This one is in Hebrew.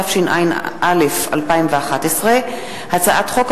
לתיקון סעיפים 106א ו-112 ולהוספת סעיף